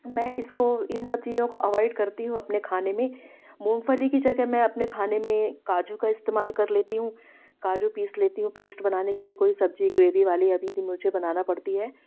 मैं इसको इन सब चीज़ों को अवॉयड करती हूँ अपने खाने में मूंगफली की जगह मैं अपने खाने में काजू का इस्तेमाल कर लेती हूँ काजू पीस लेती हूँ पेस्ट बनाने के लिए कोई सब्ज़ी ग्रेवी वाली अभी भी मुझे बनाना पड़ती है